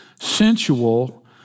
sensual